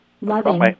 Loving